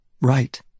Right